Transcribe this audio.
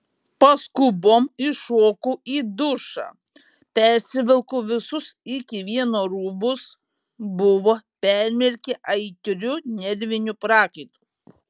paskubom įšokau į dušą persivilkau visus iki vieno rūbus buvo permirkę aitriu nerviniu prakaitu